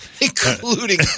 Including